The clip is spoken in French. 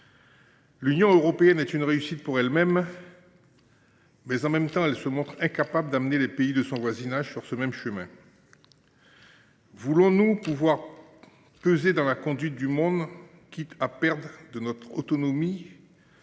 L’Union européenne est une réussite pour elle-même, mais elle se montre, dans le même temps, incapable de conduire les pays de son voisinage sur ce même chemin. Voulons-nous peser dans la conduite du monde, quitte à perdre de notre autonomie